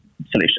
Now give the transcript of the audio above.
solution